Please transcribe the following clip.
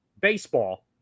baseball